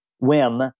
whim